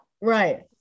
Right